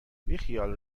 بیخیال